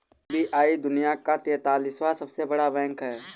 SBI दुनिया का तेंतालीसवां सबसे बड़ा बैंक है